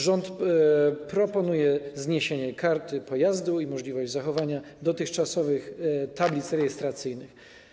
Rząd proponuje zniesienie karty pojazdu i możliwość zachowania dotychczasowych tablic rejestracyjnych.